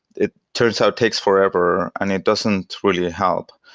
it turns out takes forever and it doesn't really help.